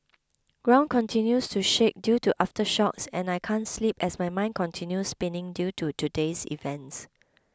ground continues to shake due to aftershocks and I can't sleep as my mind continue spinning due to today's events